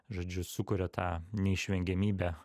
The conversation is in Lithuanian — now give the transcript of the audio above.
žodžiu sukuria tą neišvengiamybę